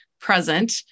present